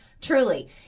Truly